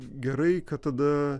gerai kad tada